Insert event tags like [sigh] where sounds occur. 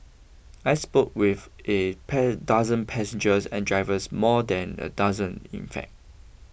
I spoke with a [unintelligible] dozen passengers and drivers more than a dozen in fact